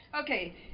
Okay